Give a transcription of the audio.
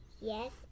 yes